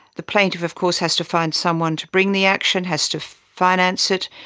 the plaintiff of course has to find someone to bring the action, has to finance it,